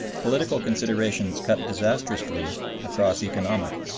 political considerations cut disastrously across economic.